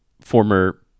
former